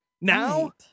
Now